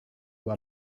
who